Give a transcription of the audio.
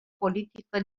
politică